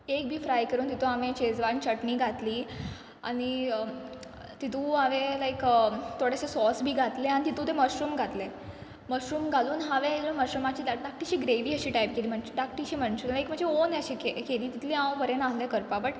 egg बी fry करून तितू हांवें शेज्वान चटणी घातली आनी तितू हांवें लायक थोडेशें सॉस बी घातलें आनी तितू ते मशरूम घातले मशरूम घालून हांवें यू नो मशरुमीची दा धाकटीशी ग्रेवी अशी टायप केली माच्ची धाकटीशी मंचुऱ्यन लायक माच्चें ओन अशे के केली तितली हांव बरें नाल्हें करपा बट